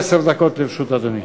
עד עשר דקות לרשות אדוני.